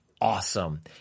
awesome